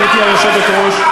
גברתי היושבת-ראש,